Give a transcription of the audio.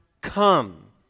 come